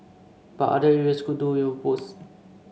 but other areas could do with a boost